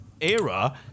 era